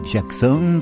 Jackson